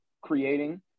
creating